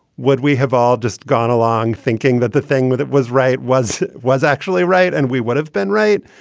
would we have all just gone along thinking that the thing with it was right was it was actually right and we would have been right.